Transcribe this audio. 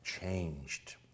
changed